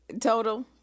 total